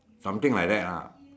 something like that lah